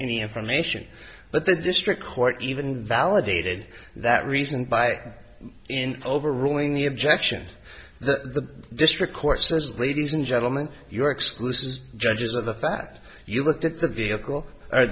any information but the district court even validated that reason by in overruling the objection the district court says ladies and gentlemen your exclusive judges of the bat you looked at the vehicle